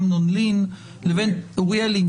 אוריאל לין,